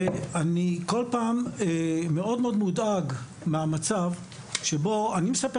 ואני כל פעם מאוד מודאג מהמצב שבו אני מספר